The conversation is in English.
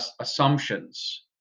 assumptions